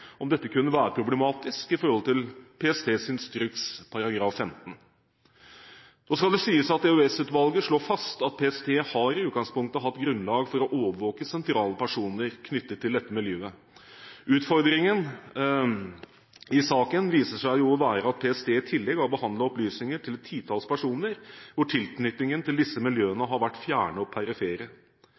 om dette kunne være problematisk i forhold til PSTs instruks § 15. Nå skal det sies at EOS-utvalget slår fast at PST har i utgangspunktet hatt grunnlag for å overvåke sentrale personer knyttet til dette miljøet. Utfordringen i saken viser seg å være at PST i tillegg har behandlet opplysninger om et titalls personer hvor tilknytningen til disse miljøene har vært fjern og